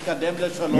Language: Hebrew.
מתקדם לשלום,